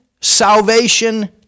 salvation